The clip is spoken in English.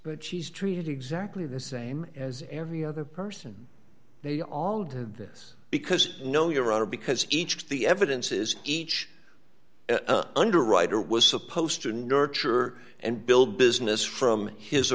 but she's treated exactly the same as every other person they all did this because no your honor because each the evidence is each underwriter was supposed to nurture and build business from his